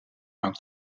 hangt